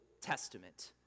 Testament